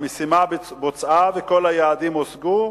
המשימה בוצעה וכל היעדים הושגו.